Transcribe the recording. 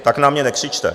Tak na mě nekřičte.